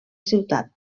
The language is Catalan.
ciutat